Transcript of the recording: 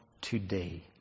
today